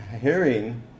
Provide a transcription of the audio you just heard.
hearing